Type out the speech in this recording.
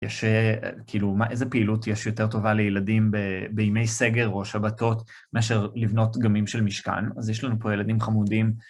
יש, כאילו, איזו פעילות יש יותר טובה לילדים בימי סגר או שבתות, מאשר לבנות דגמים של משכן, אז יש לנו פה ילדים חמודים.